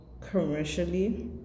commercially